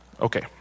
Okay